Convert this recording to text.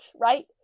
right